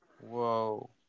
Whoa